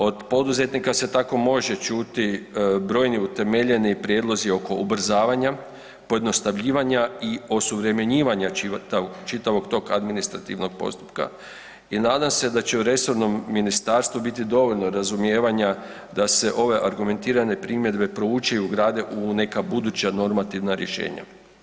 Od poduzetnika se tako može čuti brojni utemeljeni prijedlozi oko ubrzavanja, pojednostavljivanja i osuvremenjivanja čitavog tog administrativnog postupaka i nadam se da će u resornom ministarstvu biti dovoljno razumijevanja da se ove argumentirane primjedbe prouče i ugrade u neka buduća normativna rješenja.